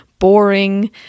boring